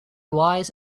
wise